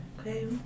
Okay